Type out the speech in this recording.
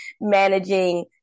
managing